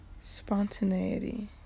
spontaneity